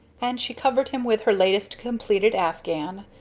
and she covered him with her latest completed afghan,